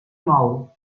mou